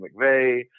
McVeigh